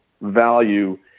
value